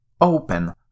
Open